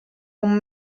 con